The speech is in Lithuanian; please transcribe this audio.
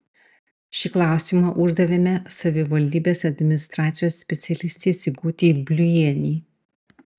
šį klausimą uždavėme savivaldybės administracijos specialistei sigutei bliujienei